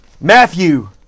Matthew